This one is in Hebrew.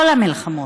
כל המלחמות,